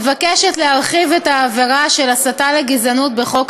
מבקשת להרחיב את העבירה של הסתה לגזענות בחוק